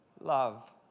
love